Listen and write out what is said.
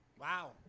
Wow